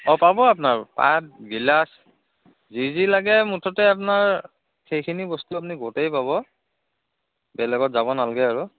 অঁ পাব আপোনাৰ পাত গিলাচ যি যি লাগে মুঠতে আপোনাৰ সেইখিনি বস্তু আপুনি গোটেই পাব বেলেগত যাব নালাগে আৰু